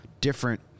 different